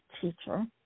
teacher